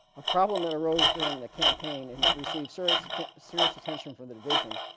a problem that arose during the campaign and that received serious serious attention from the division